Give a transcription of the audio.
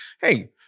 hey